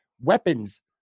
weapons